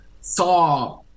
saw